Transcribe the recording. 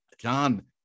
john